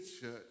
church